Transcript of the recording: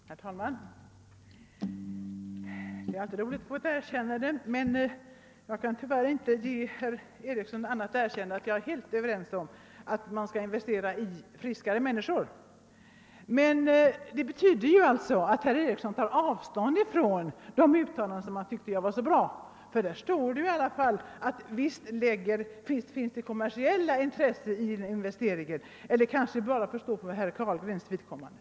Herr talman! Det är alltid roligt att få ett erkännande, men jag kan tyvärr inte ge herr Ericsson i Åtvidaberg annat erkännande än att jag är helt över ens med honom om nyttan av att investera i friskare människor. Herr Ericsson tar dock avstånd från de uttalanden som han tyckte var så bra, ty i dem sägs det i alla fall att det finns kommersiella intressen i investeringen. Men det kanske får stå bara för herr Carlgrens räkning?